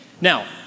Now